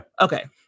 Okay